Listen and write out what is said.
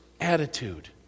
attitude